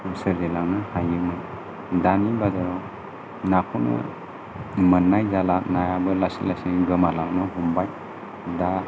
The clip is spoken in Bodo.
सोरजिलांनो हायोमोन दानि बाजाराव नाखौनो मोन्नाय जाला नायाबो लासै लासै गोमालांनो हमबाय दा